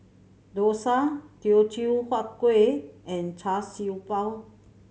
dosa Teochew Huat Kuih and Char Siew Bao